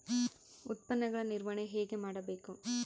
ಉತ್ಪನ್ನಗಳ ನಿರ್ವಹಣೆ ಹೇಗೆ ಮಾಡಬೇಕು?